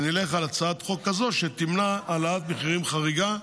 שנלך על הצעת חוק כזאת שתמנע העלאת מחירים חריגה,